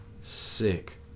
sick